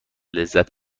لذت